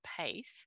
pace